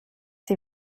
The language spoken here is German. sie